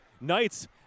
Knights